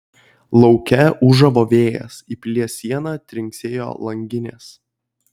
lauke ūžavo vėjas į pilies sieną trinksėjo langinės